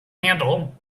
handle